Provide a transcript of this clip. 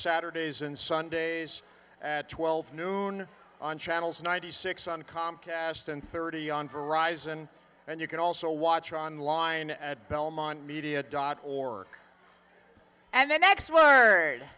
saturdays and sundays at twelve noon on channels ninety six on comcast and thirty on for rise and then you can also watch online at belmont media dot org and then next word